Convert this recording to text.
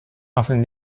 often